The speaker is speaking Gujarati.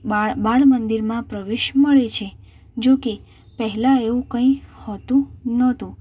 બાળ બાળ મંદિરમાં પ્રવેશ મળે છે જો કે પહેલાં એવું કંઈ હોતું નહોતું